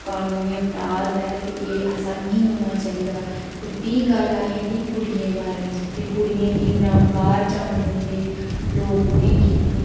कनूनी अपराध ऐ ते एह् ऐसा निं होना चाहिदा ते भी गल्ल आई जंदी कुड़ियें बारे च ते कुड़ियें गी नां बाह्र जान दिदें लोक उ'नें गी